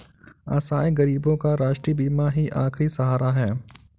असहाय गरीबों का राष्ट्रीय बीमा ही आखिरी सहारा है